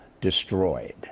destroyed